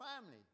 family